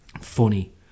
Funny